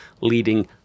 leading